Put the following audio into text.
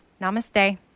namaste